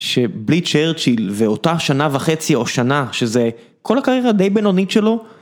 שבלי צ'רצ'יל ואותה שנה וחצי או שנה שזה כל הקריירה די בינונית שלו.